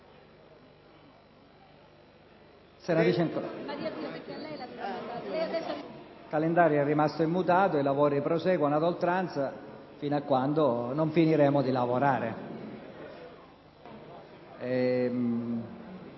dell'Assemblea è rimasto immutato e i lavori proseguono ad oltranza fino a quando non finiremo di lavorare.